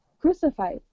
crucified